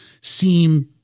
seem